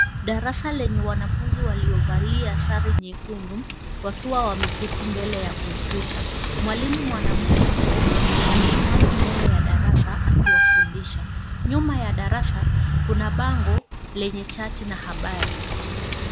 Darasa lenye wanafunzi waliovalia sare nyekundu wakiwa wameketi mbele ya kompyuta. Mwalimu mwanamke mweupe amesimama mbele ya darasa akiwafundisha. Nyuma ya darasa kuna bango lenye chati na habari.